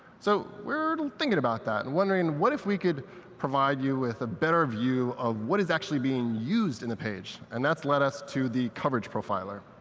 so we're thinking about that, and wondering what if we could provide you with a better view of what is actually being used in the page. and that's led us to the coverage profiler.